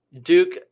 Duke